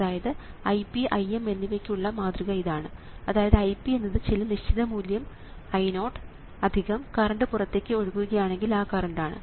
അതായത് Ip Im എന്നിവയ്ക്കുള്ള മാതൃക ഇതാണ് അതായത് Ip എന്നത് ചില നിശ്ചിത മൂല്യം I0 കറണ്ട് പുറത്തേക്ക് ഒഴുകുകയാണെങ്കിൽ ആ കറണ്ട് ആണ്